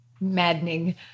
Maddening